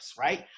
right